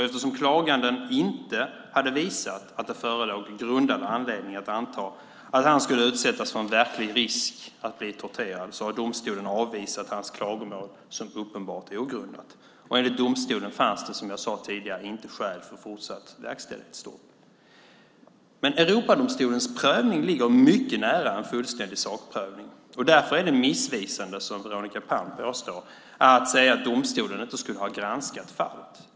Eftersom klaganden inte hade visat att det förelåg en grundad anledning att anta att han skulle utsättas för en verklig risk att bli torterad, har domstolen avvisat hans klagomål som uppenbart ogrundat. Enligt domstolen fanns det, som jag sade tidigare, inte skäl för fortsatt verkställighetsstopp. Europadomstolens prövning ligger mycket nära en fullständig sakprövning. Därför är det missvisande att som Veronica Palm påstå att domstolen inte skulle ha granskat fallet.